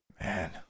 Man